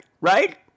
Right